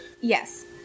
Yes